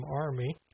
army